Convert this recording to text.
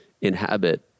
inhabit